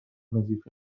وظیفه